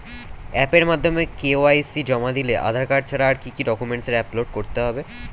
অ্যাপের মাধ্যমে কে.ওয়াই.সি জমা দিলে আধার কার্ড ছাড়া আর কি কি ডকুমেন্টস আপলোড করতে হবে?